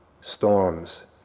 storms